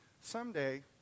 someday